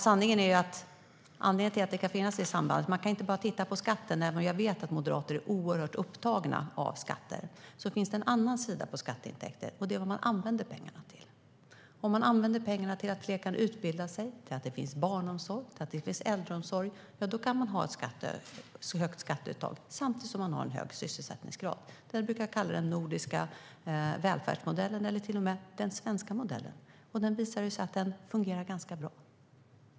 Sanningen är att man inte bara kan titta på skatten, även om jag vet att moderater är oerhört upptagna av skatter, för det finns en annan sida av skatteintäkter, och det är vad man använder pengarna till. Om man använder pengarna till att fler kan utbilda sig och till att det finns barnomsorg och äldreomsorg kan man ha ett högt skatteuttag samtidigt som man har en hög sysselsättningsgrad. Det här brukar kallas den nordiska välfärdsmodellen eller till och med den svenska modellen. Det visar sig att den fungerar ganska bra.